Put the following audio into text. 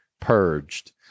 purged